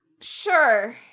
Sure